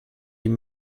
ihm